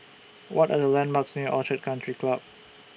What Are The landmarks near Orchid Country Club